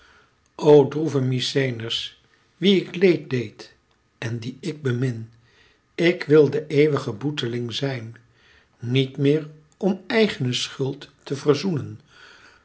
o droeve mykenæërs wie ik leed deed en die ik bemin ik wil de eeuwige boeteling zijn niet meer om eigene schuld te verzoenen